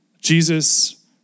Jesus